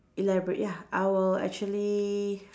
elaborate ya I will actually